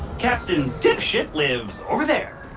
captain dipshit lives over there.